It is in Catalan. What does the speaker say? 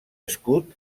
escut